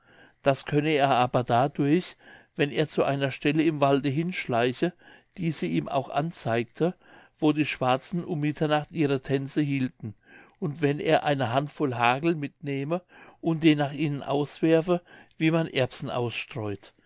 das könne er aber dadurch wenn er zu einer stelle im walde hinschleiche die sie ihm auch anzeigte wo die schwarzen um mitternacht ihre tänze hielten und wenn er eine hand voll hagel mitnehme und den nach ihnen auswerfe wie man erbsen ausstreut